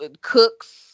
Cooks